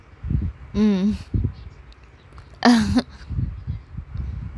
mm